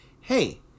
Hey